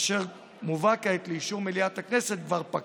אשר מובא כעת לאישור מליאת הכנסת, כבר פקע.